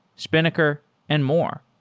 spinnaker and more.